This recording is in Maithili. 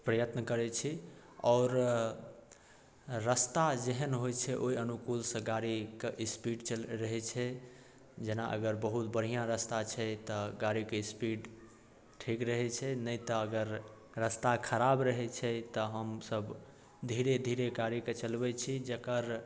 प्रयत्न करै छी आओर रास्ता जेहन होइ छै ओहि अनुकूलसँ गाड़ीके स्पीड च रहै छै जेना अगर बहुत बढ़िआँ रास्ता छै तऽ गाड़ीके स्पीड ठीक रहै छै नहि तऽ अगर रास्ता खराब रहैत छै तऽ हमसभ धीरे धीरे गाड़ीके चलबैत छी जकर